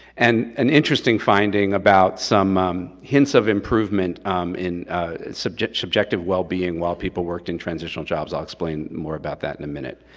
and an interesting finding about some hints of improvement in subjective subjective wellbeing while people worked in transitional jobs, i'll explain more about that in a minute.